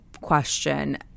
question